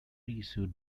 reissued